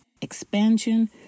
expansion